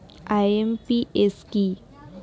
IMPS কি?